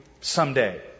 someday